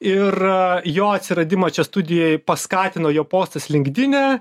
ir jo atsiradimą čia studijoj paskatino jo postas linkdine